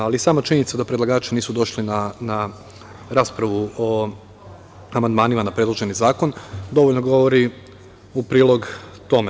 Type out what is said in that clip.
Ali, sama činjenica da predlagači nisu došli na raspravu o amandmanima na predloženi zakon, dovoljno govori u prilog tome.